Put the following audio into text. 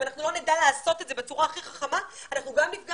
ואם אנחנו לא נדע לעשות את זה בצורה הכי חכמה אנחנו גם נפגע